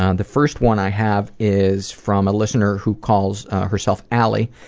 and the first one i have is from a listener who calls herself allie,